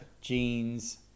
jeans